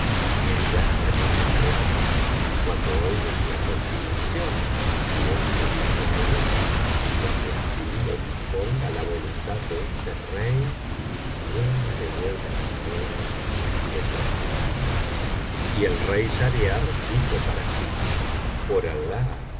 qué dirás la noche próxima cuando oigas la continuación si es que vivo aún porque así lo disponga la voluntad de este rey lleno de buenas maneras y de cortesía y el rey schahriar dijo para sí por alah